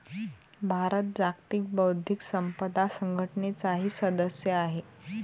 भारत जागतिक बौद्धिक संपदा संघटनेचाही सदस्य आहे